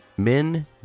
Men